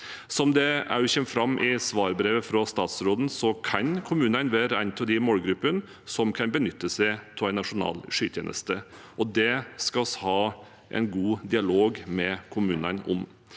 Som det også kommer fram i svarbrevet fra statsråden, kan kommunene være en av målgruppene som kan benytte seg av en nasjonal skytjeneste, og det skal vi ha en god dialog med kommunene om.